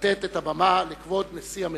לתת את הבמה לכבוד נשיא המדינה.